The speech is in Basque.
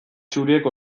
txuriek